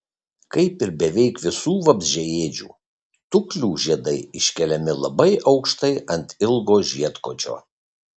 kaip ir beveik visų vabzdžiaėdžių tuklių žiedai iškeliami labai aukštai ant ilgo žiedkočio